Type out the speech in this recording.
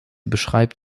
beschreibt